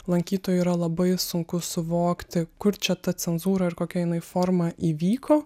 lankytojui yra labai sunku suvokti kur čia ta cenzūra ir kokia jinai forma įvyko